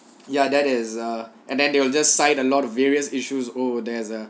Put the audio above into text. ya that is err and then they will just cite a lot of various issues oh there's a